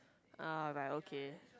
ah right okay